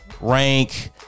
rank